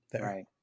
Right